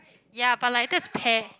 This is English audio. ya but like that's pear